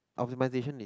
optimization is